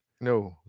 No